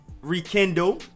rekindle